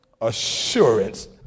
assurance